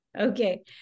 Okay